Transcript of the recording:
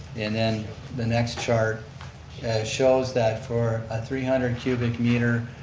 and then the next chart shows that for a three hundred cubic meter